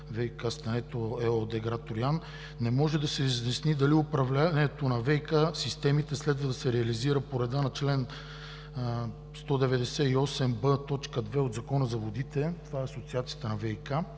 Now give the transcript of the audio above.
ВиК „Стенето“ ЕООД – град Троян, не може да се изясни дали управлението на ВиК системите следва да се реализира по реда на чл. 198б, т. 2 от Закона за водите – това е Асоциацията на ВиК,